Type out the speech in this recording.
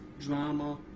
drama